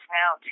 now